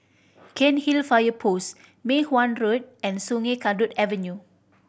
Cairnhill Fire Post Mei Hwan Road and Sungei Kadut Avenue